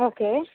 okay